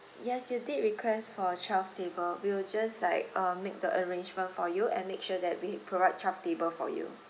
yes you did request for twelve table we will just like uh make the arrangement for you and make sure that we provide twelve table for you